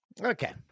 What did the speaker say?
Okay